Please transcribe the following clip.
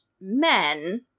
men